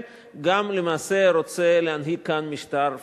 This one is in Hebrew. וגם למעשה רוצה להנהיג כאן משטר פאשיסטי.